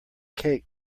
cake